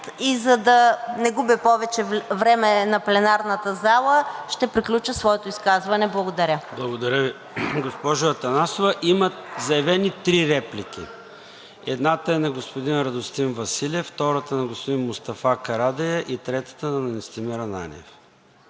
и за да не губя повече време на пленарната зала, ще приключа своето изказване. Благодаря. ПРЕДСЕДАТЕЛ ЙОРДАН ЦОНЕВ: Благодаря Ви, госпожо Атанасова. Има заявени три реплики. Едната е на господин Радостин Василев, втората – на господин Мустафа Карадайъ, и третата – на Настимир Ананиев.